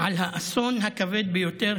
על האסון הכבד ביותר